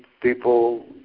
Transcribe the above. people